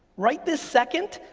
right this second,